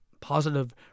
positive